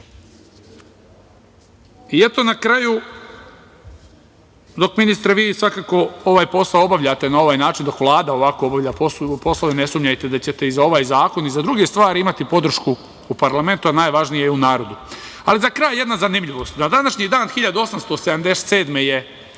kraju, dok, ministre, vi svakako ovaj posao obavljate na ovaj način, dok Vlada ovako obavlja posao, ne sumnjajte da ćete i za ovaj zakon i za druge stvari imati podršku u parlamentu, a najvažnije u narodu.Za kraj jedna zanimljivost. Na današnji dan 1877.